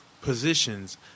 positions